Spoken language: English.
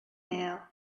mail